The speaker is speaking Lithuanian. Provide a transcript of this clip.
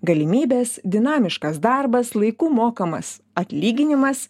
galimybės dinamiškas darbas laiku mokamas atlyginimas